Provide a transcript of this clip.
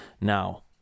Now